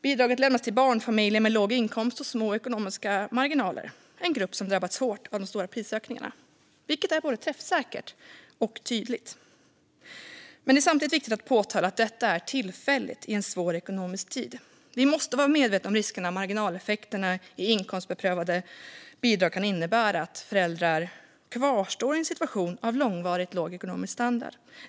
Bidraget lämnas till barnfamiljer med låg inkomst och små ekonomiska marginaler. Det är en grupp som drabbats hårt av de stora prisökningarna. Det är både träffsäkert och tydligt. Men det är samtidigt viktigt att påpeka att detta är tillfälligt i en svår ekonomisk tid. Vi måste vara medvetna om risken att marginaleffekterna i inkomstprövade bidrag kan innebära att föräldrar kvarstår i en situation av långvarig låg ekonomisk standard.